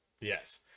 Yes